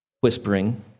Whispering